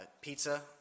pizza